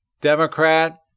Democrat